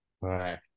Right